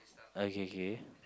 okay okay